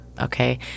Okay